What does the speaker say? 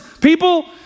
people